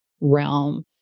realm